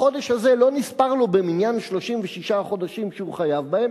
החודש הזה לא נספר לו במניין 36 החודשים שהוא חייב בהם,